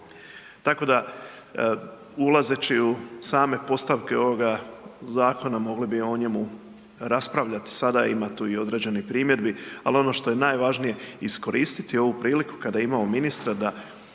Tako da ulazeći u same postavke ovoga zakona, mogli o njemu raspravljati sada, ima tu i određenih primjedbi, ali ono što je najvažnije iskoristiti ovu priliku kada imamo ministra da